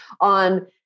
on